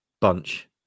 Bunch